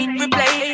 replay